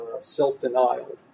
self-denial